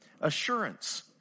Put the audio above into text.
Assurance